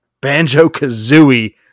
Banjo-Kazooie